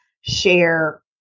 share